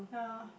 yeah